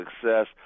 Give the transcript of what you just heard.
success